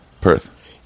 Perth